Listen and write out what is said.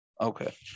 Okay